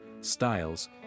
styles